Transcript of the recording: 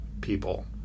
people